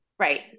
Right